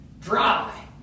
dry